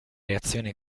reazione